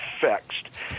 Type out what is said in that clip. fixed